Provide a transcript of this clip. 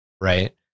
right